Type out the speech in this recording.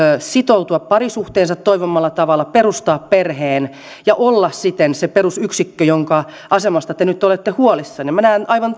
sitoutua parisuhteeseensa toivomallaan tavalla perustaa perheen ja olla siten se perusyksikkö jonka asemasta te nyt olette huolissanne minä näen aivan